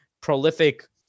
prolific